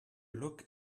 look